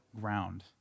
ground